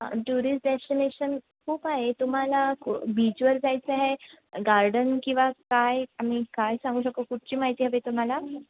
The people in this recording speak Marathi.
टुरिस्ट डेस्टिनेशन खूप आहे तुम्हाला बीचवर जायचं आहे गार्डन किंवा काय आम्ही काय सांगू शकतो कुठची माहिती हवी आहे तुम्हाला